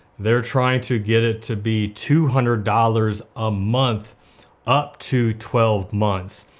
they're trying to get it to be two hundred dollars a month up to twelve months.